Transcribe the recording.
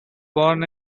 born